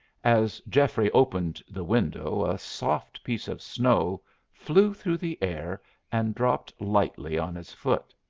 as geoffrey opened the window, a soft piece of snow flew through the air and dropped lightly on his foot.